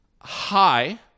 high